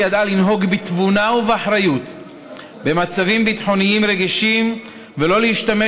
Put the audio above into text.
שידעה לנהוג בתבונה ובאחריות במצבים ביטחוניים רגישים ולא להשתמש